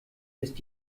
ist